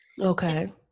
Okay